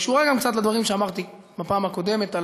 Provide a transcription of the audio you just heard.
היא קשורה גם קצת לדברים שאמרתי בפעם הקודמת על